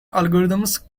algorithms